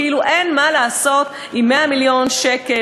כאילו אין מה לעשות עם 100 מיליון שקל,